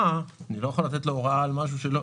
אני לא יכול לתת לו הוראה על משהו שהוא לא.